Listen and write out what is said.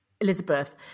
Elizabeth